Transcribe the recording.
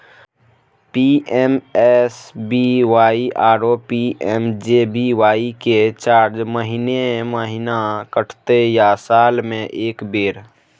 PMSBY आरो PMJBY के charge महीने महीना कटते या साल म एक बेर?